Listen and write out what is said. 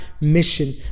mission